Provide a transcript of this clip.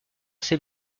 ses